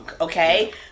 okay